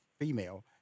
female